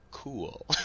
Cool